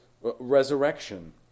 resurrection